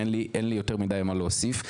אין לי יותר מדי מה להוסיף.